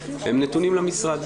הם נתונים למשרד.